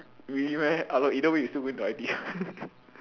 really meh I thought either way you still going to I_T_E